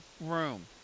room